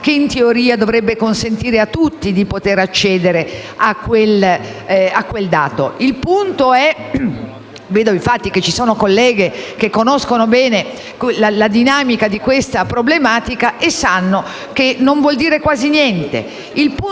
che, in teoria, dovrebbe consentire a tutti di accedere a quel dato. Vedo che ci sono colleghi che conoscono bene la dinamica di questa problematica e sanno che questo non vuol dire quasi niente.